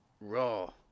Raw